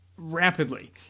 rapidly